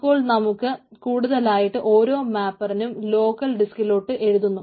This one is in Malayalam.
അപ്പോൾ നമുക്ക് കൂടുതലായിട്ട് ഓരോ മാപ്പറിനും ലോക്കൽ ഡിസ്കിലോട്ട് എഴുതുന്നു